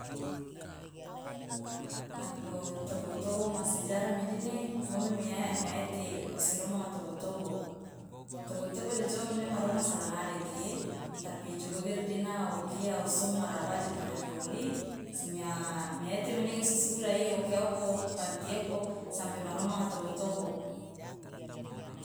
nako tobo tobo ma sejarah me dine ngomi mia ete osi romanga tobo tobo tobo tobo ijojoma maromanga salangadeke tapi jogogere dina okia sum maraba ja panyake oli so mia ete menege osi supu dai okia oko pante oko sampe ma romanga tobo tobo.